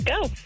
Go